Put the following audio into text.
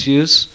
use